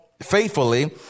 faithfully